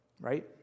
right